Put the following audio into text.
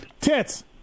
Tits